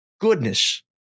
goodness